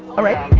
alright.